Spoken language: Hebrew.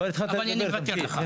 כבר התחלת לדבר אז תמשיך.